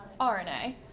RNA